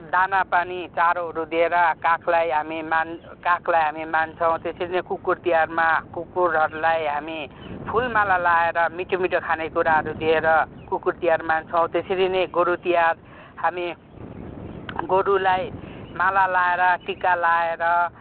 दाना पानी चारोहरू दिएर कागलाई हामी मान कागलाई हामी मान्छौँ त्यसरी नै कुकुर तिहारमा कुकुरहरूलाई हामी फुलमाला लाएरा मिठो मिठो खाने कुराहरू दिएर कुकुर तिहार मान्छौँ त्यसरी नै गोरु तिहार हामी गोरुलाई माला लगाएर टीका लगाएर